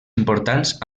importants